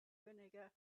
vinegar